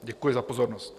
Děkuji za pozornost.